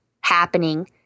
happening